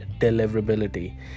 deliverability